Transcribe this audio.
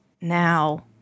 Now